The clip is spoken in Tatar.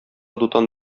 дутан